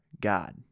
God